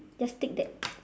just tick that